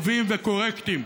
טובים וקורקטיים.